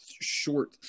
short